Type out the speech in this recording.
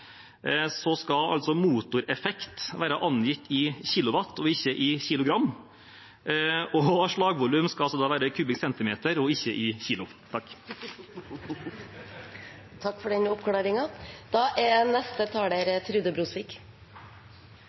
skal altså motoreffekt være angitt i kilowatt og ikke i kilogram, og slagvolum skal være angitt i kubikkcentimeter og ikke i kilo. Takk for den oppklaringen. Det er